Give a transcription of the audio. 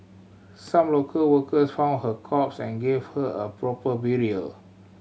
some local workers found her corpse and gave her a proper burial